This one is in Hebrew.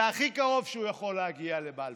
זה הכי קרוב שהוא יכול להגיע לבלפור,